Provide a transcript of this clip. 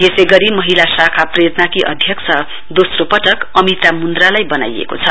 यसै गरी महिला साखा प्रेरणाकी अध्यक्ष दोस्रो पटक अमिता मुन्द्रालाई बनाइएको छ